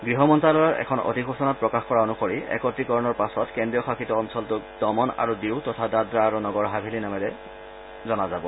গৃহ মন্ত্যালয়ৰ এখন অধিসূচনাত প্ৰকাশ কৰা অনুসৰি একত্ৰীকৰণৰ পাছত কেন্দ্ৰীয় শাসিত অঞ্চলটোক দমন আৰু ডিউ তথা দাদ্ৰা আৰু নগৰ হাভেলী নামেৰে জনা যাব